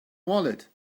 wallet